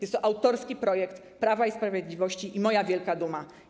Jest to autorski projekt Prawa i Sprawiedliwości i moja wielka duma.